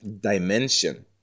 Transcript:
dimension